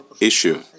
issue